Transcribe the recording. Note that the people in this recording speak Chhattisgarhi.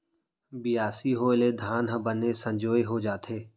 बियासी होय ले धान ह बने संजोए हो जाथे